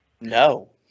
No